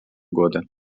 года